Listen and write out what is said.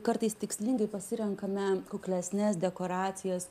kartais tikslingai pasirenkame kuklesnes dekoracijas